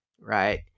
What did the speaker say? right